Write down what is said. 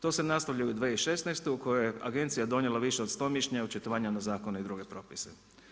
To se nastavlja i u 2016. u kojoj je agencija donijela više od 100 mišljenja i očitovanja na zakone i druge propise.